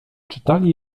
czytali